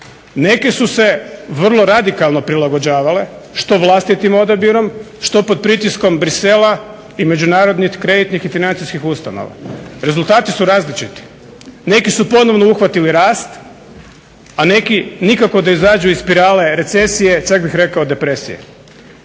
neke su se vrlo radikalno prilagođavale što vlastitim odabirom, što pod pritiskom Bruxellesa i međunarodnih kreditnih i financijskih ustanova. Rezultati su različiti. Neki su ponovno uhvatili rast, a neki nikako da izađu iz spirale recesije, čak bih rekao depresije.